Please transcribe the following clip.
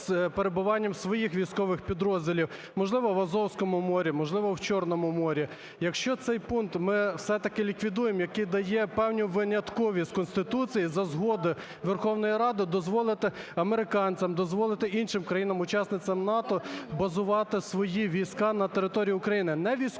з перебуванням своїх військових підрозділів, можливо, в Азовському морі, можливо, в Чорному морі. Якщо цей пункт ми все-таки ліквідуємо, який дає певну винятковість Конституції за згоди Верховної Ради дозволити американцям, дозволити іншим країнам-учасницям НАТО базувати свої війська на території України, не військові